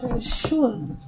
sure